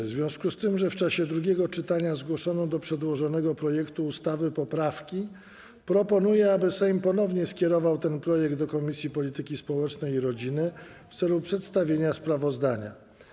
W związku z tym, że w czasie drugiego czytania zgłoszono do przedłożonego projektu ustawy poprawki, proponuję, aby Sejm ponownie skierował ten projekt do Komisji Polityki Społecznej i Rodziny w celu przedstawienia sprawozdania.